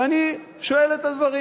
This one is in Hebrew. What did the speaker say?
ואני שואל את הדברים.